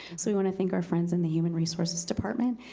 so we want to thank our friends in the human resources department,